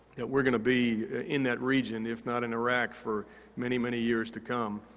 that we're gonna be in that region, if not in iraq, for many, many years to come,